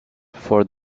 for